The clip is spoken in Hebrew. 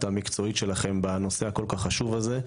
המקצועית שלכם בנושא כל כך חשוב כזה.